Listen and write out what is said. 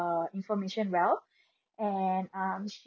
~er information well and um she